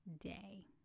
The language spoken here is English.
day